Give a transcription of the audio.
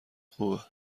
خوبه